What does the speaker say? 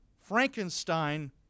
Frankenstein